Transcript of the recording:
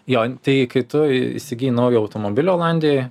jo tai kai tu įsigyji naują automobilį olandijoj